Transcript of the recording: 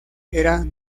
era